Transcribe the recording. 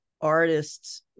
artists